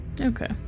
Okay